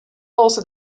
also